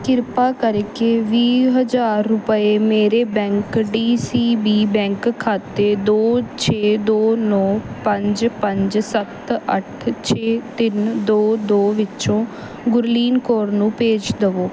ਕ੍ਰਿਪਾ ਕਰਕੇ ਵੀਹ ਹਜ਼ਾਰ ਰੁਪਏ ਮੇਰੇ bank D C B bank ਖਾਤੇ ਦੋ ਛੇ ਦੋ ਨੌ ਪੰਜ ਪੰਜ ਸੱਤ ਅੱਠ ਛੇ ਤਿੰਨ ਦੋ ਦੋ ਵਿੱਚੋਂ ਗੁਰਲੀਨ ਕੌਰ ਨੂੰ ਭੇਜ ਦਵੋ